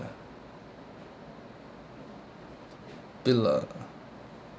bella